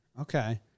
Okay